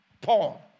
Paul